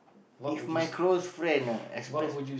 if my close friend ah express